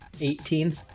Eighteen